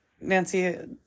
Nancy